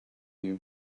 you